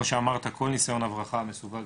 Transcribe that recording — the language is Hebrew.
הצורך הפוך כנגד הצבא המצרי,